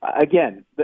Again